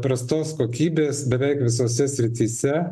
prastos kokybės beveik visose srityse